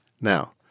Now